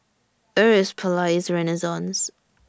Where IS Palais Renaissance